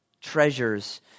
treasures